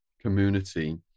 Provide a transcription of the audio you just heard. community